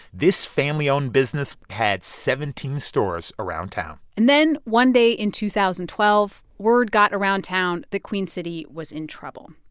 this family-owned business had seventeen stores around town and then one day in two thousand and twelve, word got around town that queen city was in trouble.